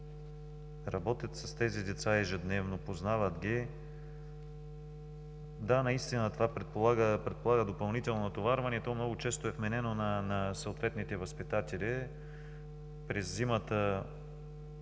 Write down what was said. работят с тези деца ежедневно, познават ги. Това предполага допълнително натоварване и то много често е вменено на съответните възпитатели. През зимата,